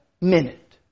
minute